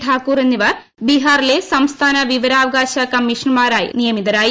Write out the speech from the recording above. ഠാക്കൂർ എന്നിവർ ബീഹാറിലെ സംസ്ഥാന വിവരാവകാശ കമ്മിഷണർമാരായി നിയമിതരായി